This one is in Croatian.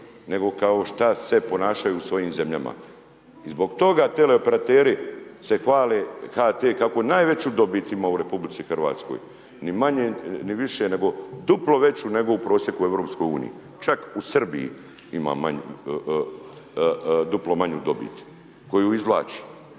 nego kao što se ponašaju u svojim zemljama. I zbog toga tele operateri se hvale HT kako najveću dobit ima u RH. Ni manje, ni više, nego duplo veću nego u prosjeku EU. Čak u Srbiji ima duplo manju dobit koju izvlači.